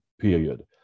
period